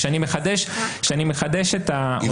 כשאני מחדש --- סליחה.